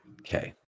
Okay